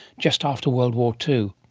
just after world war two?